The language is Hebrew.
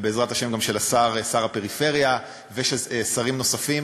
ובעזרת השם גם של שר הפריפריה ושל שרים נוספים,